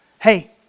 Hey